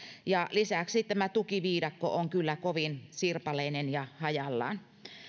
ja lisäksi tämä tukiviidakko on kovin sirpaleinen ja hajallaan